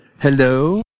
Hello